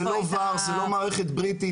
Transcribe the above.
זה לא VARS, זה לא מערכת בריטית.